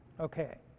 Okay